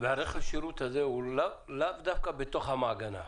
השירות הזה הוא לאו דווקא במעגנה.